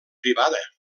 privada